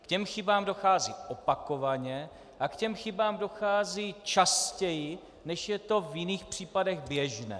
K těm chybám dochází opakovaně a k těm chybám dochází častěji, než je to v jiných případech běžné.